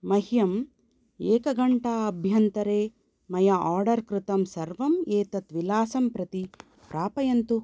मह्यम् एकघण्टाभ्यन्तरे मया आर्डर् कृतं सर्वम् एतत् विलासं प्रति प्रापयन्तु